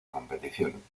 competición